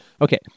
okay